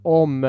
om